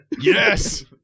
Yes